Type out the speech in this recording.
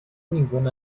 ningún